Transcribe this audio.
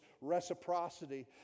reciprocity